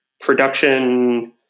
production